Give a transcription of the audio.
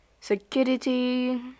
security